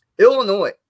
Illinois